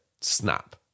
snap